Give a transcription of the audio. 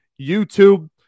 YouTube